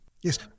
Yes